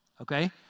okay